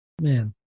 Man